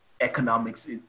economics